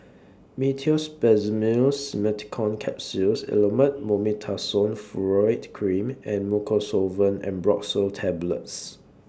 Meteospasmyl Simeticone Capsules Elomet Mometasone Furoate Cream and Mucosolvan Ambroxol Tablets